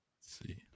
See